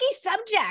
subject